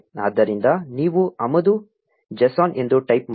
ಆದ್ದರಿಂದ ನೀವು ಆಮದು j s o n ಎಂದು ಟೈಪ್ ಮಾಡಿ